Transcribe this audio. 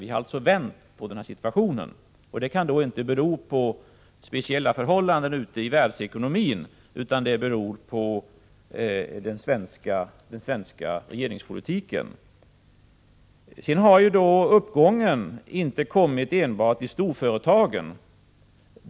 Vi har alltså vänt på den här situationen, och resultatet kan inte bero på speciella förhållanden i världsekonomin, utan det beror på den svenska regeringspolitiken. Uppgången har inte kommit enbart i storföretagen.